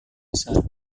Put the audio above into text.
besar